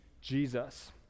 Jesus